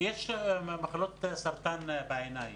יש מחלות סרטן בעיניים.